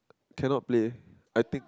cannot play I think